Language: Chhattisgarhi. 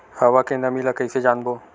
हवा के नमी ल कइसे जानबो?